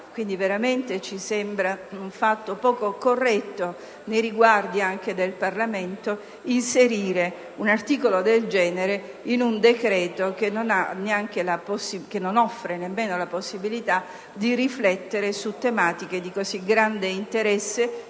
sembra veramente un fatto poco corretto anche nei riguardi del Parlamento inserire un articolo del genere in un decreto che non offre nemmeno la possibilità di riflettere su tematiche di così grande interesse,